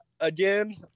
Again